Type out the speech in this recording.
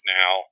now